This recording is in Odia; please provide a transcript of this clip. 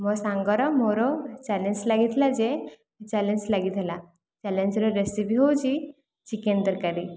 ମୋ ସାଙ୍ଗର ମୋର ଚ୍ୟାଲେଞ୍ଜ ଲାଗିଥିଲା ଯେ ଚ୍ୟାଲେଞ୍ଜ ଲାଗିଥିଲା ଚ୍ୟାଲେଞ୍ଜର ରେସିପି ହେଉଛି ଚିକେନ ତରକାରୀ